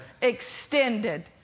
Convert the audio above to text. extended